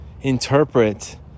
interpret